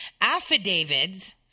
affidavits